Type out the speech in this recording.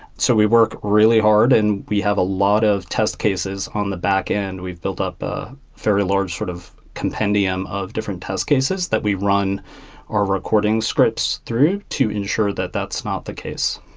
so we work really hard and we have a lot of test cases on the backend. we've built up a fairly large sort of compendium of different test cases that we run our recording scripts through to ensure that that's not the case.